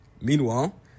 Meanwhile